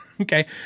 Okay